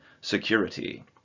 security